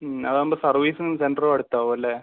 അത് ആവുമ്പോൾ സർവീസും സെൻ്ററും അടുത്ത് ആവും അല്ലേ